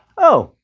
oh,